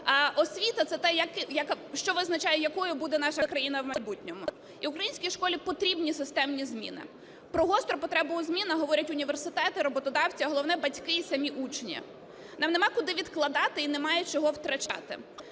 що освіта – це те, що визначає, якою буде наша країна в майбутньому. І українській школі потрібні системні зміни. Про гостру потребу у змінах говорять університети, роботодавці, а головне – батьки і самі учні. Нам нема куди відкладати і немає чого втрачати.